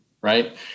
right